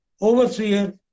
overseer